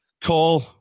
call